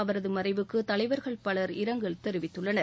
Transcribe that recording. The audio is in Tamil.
அவரது மறைவுக்கு தலைவர்கள் பலர் இரங்கல் தெரிவித்துள்ளனர்